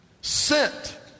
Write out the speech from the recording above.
sent